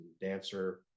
dancer